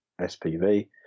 SPV